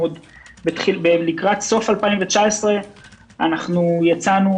לקראת סוף 2019 קראנו